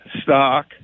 stock